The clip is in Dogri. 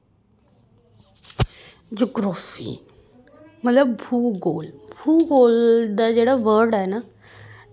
जगराफी मतलब भूगोल भूगोल दा जेह्ड़ा वर्ड ऐ ना